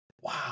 wow